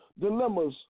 dilemmas